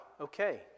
okay